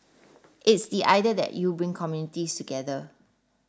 it's the idea that you bring communities together